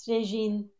Regine